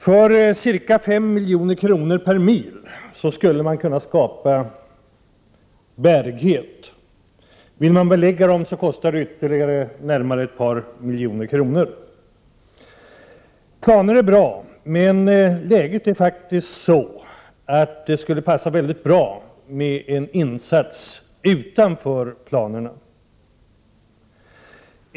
För ca 5 milj.kr. per mil skulle man kunna skapa bärighet, och vill man belägga vägarna kostar det ytterligare närmare ett par miljoner. Planer är bra, men läget är faktiskt sådant att det skulle passa mycket bra med en insats utanför planerna.